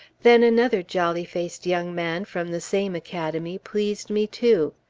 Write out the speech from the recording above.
then another jolly-faced young man from the same academy, pleased me, too.